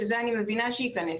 שזה אני מבינה שייכנס.